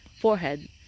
forehead